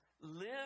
live